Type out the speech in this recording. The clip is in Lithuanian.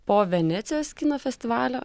po venecijos kino festivalio